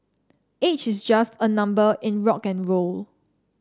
age is just a number in rock N roll